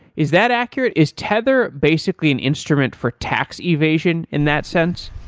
is that accurate? is tether basically an instrument for tax evasion in that sense?